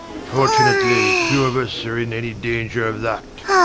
fortunately few of us are in any danger of that.